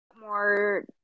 more